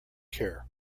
care